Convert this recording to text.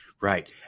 Right